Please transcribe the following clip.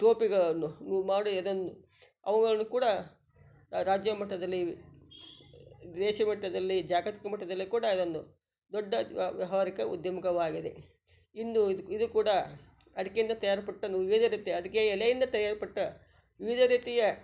ಟೋಪಿಗಳನ್ನು ಮಾಡಿ ಅದನ್ನು ಅವುಗಳನ್ನು ಕೂಡ ರಾ ರಾಜ್ಯ ಮಟ್ಟದಲ್ಲಿ ದೇಶ ಮಟ್ಟದಲ್ಲಿ ಜಾಗತಿಕ ಮಟ್ಟದಲ್ಲಿ ಕೂಡ ಅದೊಂದು ದೊಡ್ಡ ವ್ಯವಹಾರಿಕ ಉದ್ಯಮವಾಗೆದೆ ಇಂದು ಇದು ಇದೂ ಕೂಡ ಅಡಿಕೆಯಿಂದ ತಯಾರಿಸಲ್ಪಟ್ಟ ನು ವಿವಿಧ ರೀತಿಯ ಅಡಿಕೆ ಎಲೆಯಿಂದ ತಯಾರಿಪಟ್ಟ ವಿವಿಧ ರೀತಿಯ